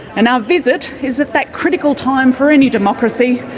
and our visit is at that critical time for any democracy,